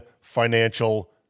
financial